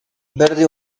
verde